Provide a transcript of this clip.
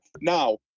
now